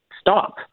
stop